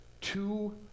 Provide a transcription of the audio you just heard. two